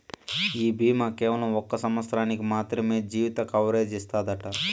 ఈ బీమా కేవలం ఒక సంవత్సరానికి మాత్రమే జీవిత కవరేజ్ ఇస్తాదట